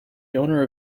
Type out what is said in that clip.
owner